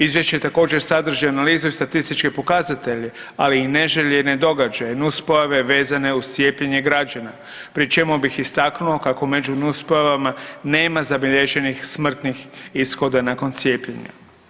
Izvješće također sadrži analizu i statističke pokazatelje ali i neželjene događaje, nuspojave vezane uz cijepljenje građana pri čemu bih istaknuo kako među nuspojavama nema zabilježenih smrtnih ishoda nakon cijepljenja.